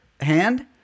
hand